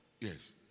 Yes